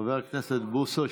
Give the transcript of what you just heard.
חבר הכנסת בוסו,